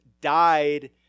died